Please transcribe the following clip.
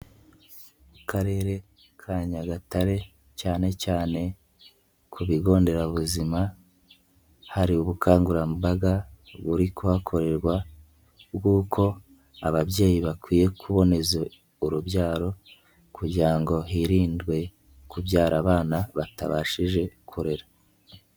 Mu karere ka Nyagatare, cyane cyane ku bigo nderabuzima, hari ubukangurambaga buri kuhakorerwa bw'uko ababyeyi bakwiye kuboneza urubyaro, kugira ngo hirindwe kubyara abana batabashije kurera.